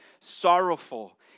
sorrowful